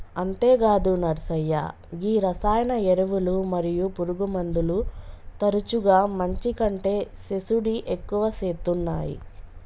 అంతేగాదు నర్సయ్య గీ రసాయన ఎరువులు మరియు పురుగుమందులు తరచుగా మంచి కంటే సేసుడి ఎక్కువ సేత్తునాయి